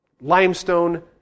limestone